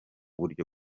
buryo